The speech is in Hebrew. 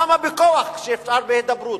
למה בכוח כשאפשר בהידברות?